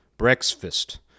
Breakfast